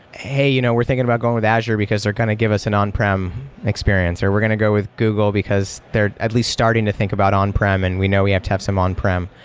hey, you know we're thinking about going with azure, because they're going to give us an on-prem experience, or we're going to go with google, because they're at least starting to think about on-prem and we know we have to have some on-prem.